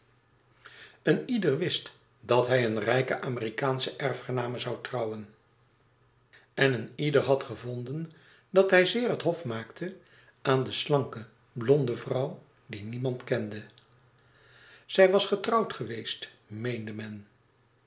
een ieder wist dat hij een rijke amerikaansche erfgename zoû trouwen en een ieder had gevonden dat hij zeer het hof maakte aan de slanke blonde vrouw die niemand kende zij was getrouwd geweest meende